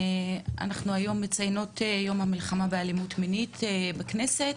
אנחנו היום מציינות את יום המלחמה לאלימות מינית בכנסת,